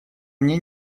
мне